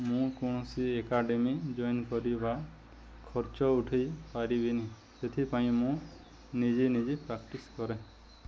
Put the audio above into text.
ମୁଁ କୌଣସି academy join କରିବା ଖର୍ଚ୍ଚ ଉଠାଇ ପାରିବିନି ସେଥିପାଇଁ ମୁଁ ନିଜେ ନିଜେ ପ୍ରାକ୍ଟିସ୍ କରେ